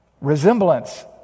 resemblance